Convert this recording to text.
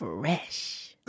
fresh